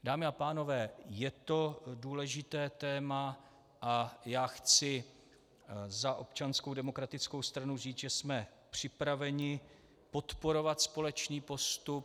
Dámy a pánové, je to důležité téma a já chci za Občanskou demokratickou stranu říct, že jsme připraveni podporovat společný postup.